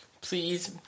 please